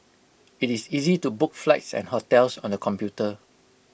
IT is easy to book flights and hotels on the computer